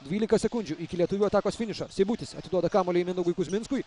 dvylika sekundžių iki lietuvių atakos finišo seibutis atiduoda kamuolį mindaugui kuzminskui